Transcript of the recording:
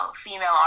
female